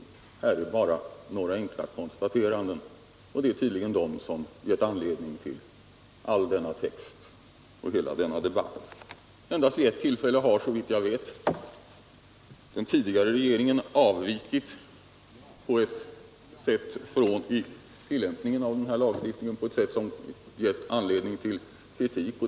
Här är det, som sagt, bara fråga om några enkla konstateranden, och det är tydligen de som gett anledning till all denna text och hela denna debatt. Vid endast ett tillfälle har, såvitt jag vet, den tidigare regeringen avvikit från tillämpningen av lagen på ett sätt som gett anledning till kritik.